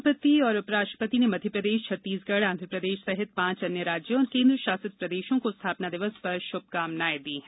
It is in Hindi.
राष्ट्रपति और उपराष्ट्रपति ने मध्यप्रदेश छत्तीसगढ आन्ध्रप्रदेश सहित पांच अन्य राज्यों और केंद्रशासित प्रदेशों की स्थापना दिवस पर शुभकामनाएं दी हैं